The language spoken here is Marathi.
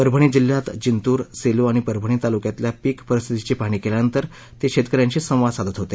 परभणी जिल्ह्यात जिंतूर सेलू आणि परभणी तालुक्यातल्या पीक परिस्थितीची पाहणी केल्यानंतर ते शेतक यांशी संवाद साधत होते